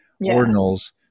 ordinals